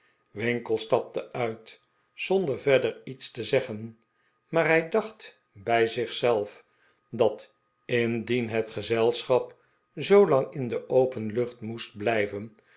winkle stapte uit zonder verder iets te zeggen maar hij dacht bij zich zelf dat indien het gezelschap zoolang in de open lucht moest blijven